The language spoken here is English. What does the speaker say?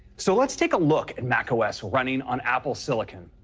so let's take a look at macos running on apple silicon.